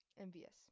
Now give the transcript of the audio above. Envious